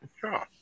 Sure